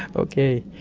ah okay.